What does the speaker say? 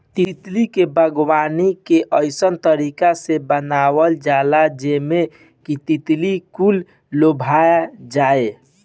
तितली के बागवानी के अइसन तरीका से बनावल जाला जेमें कि तितली कुल लोभा जाये